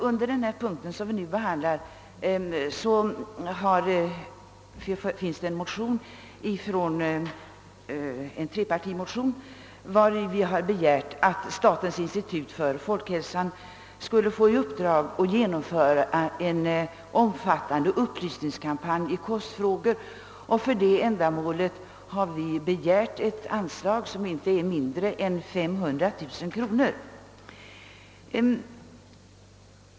Under denna punkt behandlas en trepartimotion, där motionärerna begär att statens institut för folkhälsan ges i uppdrag att genomföra en omfattande upplysningskampanj i kostfrågor. För det ändamålet har vi hemställt om ett anslag. på inte mindre än 500 000 kronor.